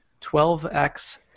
12x